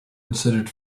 considered